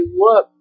look